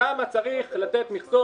למה צריך לתת מכסות